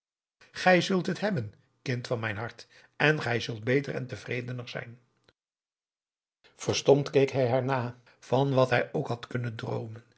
gij zult het hebben kind van mijn hart en gij zult beter en tevredener zijn verstomd keek hij haar na van wat hij ook had kunnen droomen